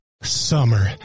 summer